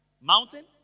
mountain